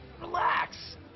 Relax